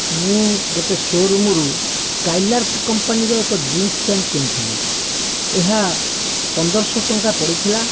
ମୁଁ ଗୋଟେ ସୋରୁମ୍ରୁ ସ୍କାଇଲାର୍କ କମ୍ପାନିର ଏକ ଜିନ୍ସ୍ ପ୍ୟାଣ୍ଟ୍ କିଣିଥିଲି ଏହା ପନ୍ଦରଶହ ଟଙ୍କା ପଡ଼ିଥିଲା